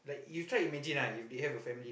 you try imagine lah if they have a family